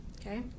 okay